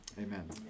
Amen